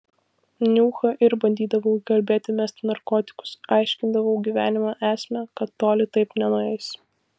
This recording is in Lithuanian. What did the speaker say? niuchą ir bandydavau įkalbėti mesti narkotikus aiškindavau gyvenimo esmę kad toli taip nenueis